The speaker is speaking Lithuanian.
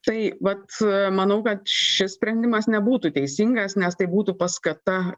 tai vat manau kad šis sprendimas nebūtų teisingas nes tai būtų paskata